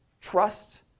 trust